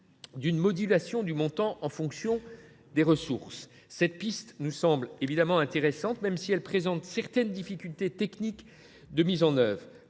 le montant soit modulé en fonction des ressources. Cette piste nous semble intéressante, même si elle présente certaines difficultés techniques de mise en œuvre.